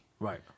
Right